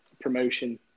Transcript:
promotion